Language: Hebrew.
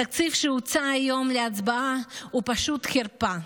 התקציב שהוצע היום להצבעה הוא פשוט חרפה,